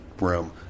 room